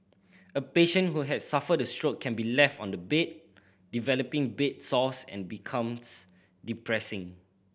a patient who has suffered a stroke can be left on the bed developing bed sores and becomes depressing